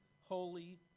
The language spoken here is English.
holy